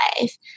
life